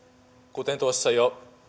kuten tuossa jo